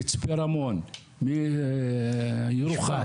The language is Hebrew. מצפה רמון, ירוחם.